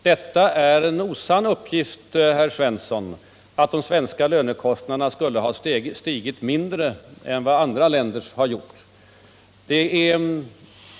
Det är en osann uppgift, herr Svensson, att de svenska lönekostnaderna skulle ha stigit mindre än vad andra länders har gjort.